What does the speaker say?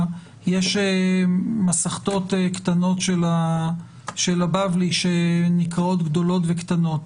יש מסכתות קטנות של הבבלי שנקראות גדולות וקטנות,